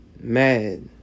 mad